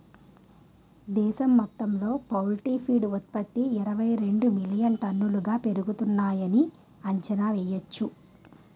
దేశం మొత్తంలో poultry feed ఉత్త్పతి ఇరవైరెండు మిలియన్ టన్నులుగా పెరుగుతున్నాయని అంచనా యెయ్యొచ్చు